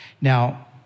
Now